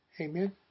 Amen